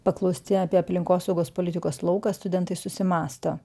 paklausti apie aplinkosaugos politikos lauką studentai susimąsto